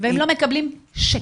והם לא מקבלים שקל.